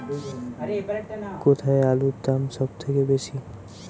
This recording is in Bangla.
কোথায় আলুর দাম সবথেকে বেশি?